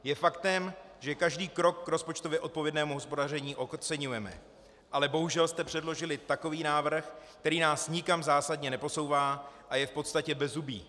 Je faktem, že každý krok k rozpočtově odpovědnému hospodaření oceňujeme, ale bohužel jste předložili takový návrh, který nás nikam zásadně neposouvá a je v podstatě bezzubý.